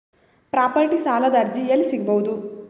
Property ಸಾಲದ ಅರ್ಜಿ ಎಲ್ಲಿ ಸಿಗಬಹುದು?